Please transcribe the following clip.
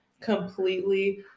completely